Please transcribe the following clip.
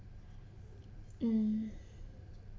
mm